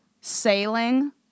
sailing